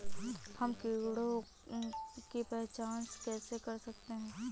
हम कीटों की पहचान कैसे कर सकते हैं?